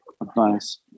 advice